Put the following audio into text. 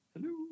Hello